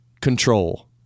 Control